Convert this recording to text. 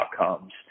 outcomes